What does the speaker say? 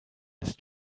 ist